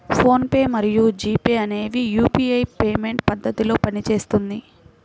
phone pay మరియు G Pay అనేవి UPI payment పద్ధతిలో పనిచేస్తుంది